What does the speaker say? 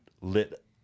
lit